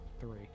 three